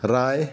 राय